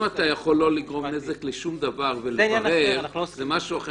אם אתה יכול לא לגרום נזק לשום דבר ולברר זה משהו אחר.